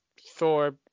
Thor